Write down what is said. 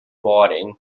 boarding